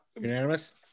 Unanimous